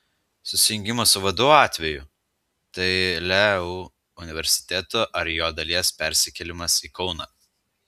susijungimo su vdu atveju tai leu universiteto ar jo dalies persikėlimas į kauną